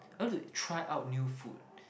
I'd like to try out new food